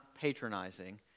patronizing